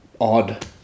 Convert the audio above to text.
odd